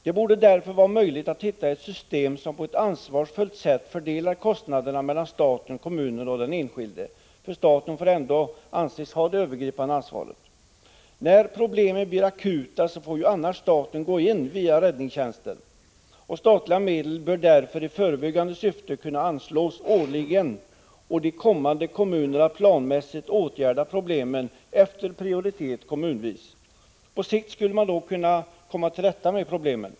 Det borde därför vara möjligt att hitta ett system som på ett ansvarsfullt sätt fördelar kostnaderna mellan staten, kommunen och den enskilde, för staten får ändå anses ha det övergripande ansvaret. När problemen blir akuta, får ju staten annars gå in via räddningstjänsten. Statliga medel bör därför i förebyggande syfte kunna anslås årligen och kommunerna planmässigt åtgärda problemen efter prioritet kommunvis. På sikt skulle man då kunna komma till rätta med problemen.